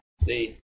See